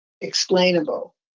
explainable